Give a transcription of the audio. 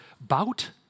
bout